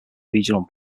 regional